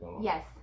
Yes